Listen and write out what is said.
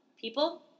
people